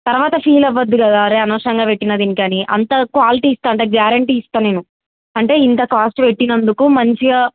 తర్వాత ఫీల్ అవ్వద్దు కదా అరే అనవసంగా పెట్టి దీనికని అంత క్వాలిటీ ఇస్తా అంటే గ్యారెంటీ ఇస్తాను నేను అంటే ఇంత కాస్ట్ పెట్టినందుకు మంచిగా